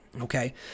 okay